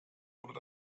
oder